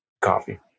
coffee